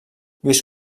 lluís